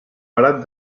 parat